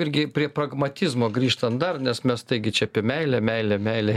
irgi prie pragmatizmo grįžtant dar nes mes taigi čia apie meilę meilę meilę